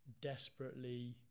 desperately